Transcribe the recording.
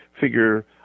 figure